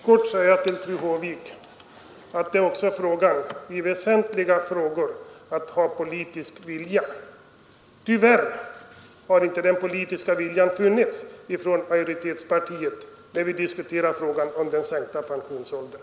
Herr talman! Jag vill kort säga till fru Håvik att det i väsentliga frågor också gäller att ha den politiska viljan. Tyvärr har inte denna politiska vilja funnits hos majoritetspartiet när vi diskuterat den sänkta pensionsåldern.